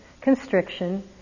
constriction